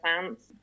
plants